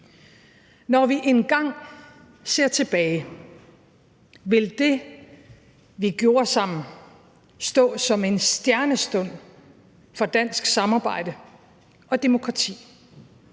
Når vi engang ser tilbage, vil det, vi gjorde sammen, stå som en stjernestund for dansk samarbejde og demokrati.